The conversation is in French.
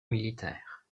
militaires